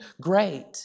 great